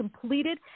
completed